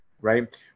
right